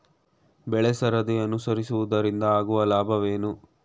ಬೆಳೆಸರದಿ ಅನುಸರಿಸುವುದರಿಂದ ಆಗುವ ಲಾಭವೇನು?